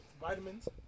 Vitamins